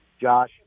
Josh